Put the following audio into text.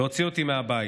והוציא אותי מהבית.